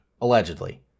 Allegedly